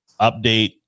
update